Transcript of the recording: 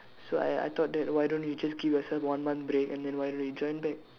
so I I thought that why don't you just give yourself one month break and then why don't you join back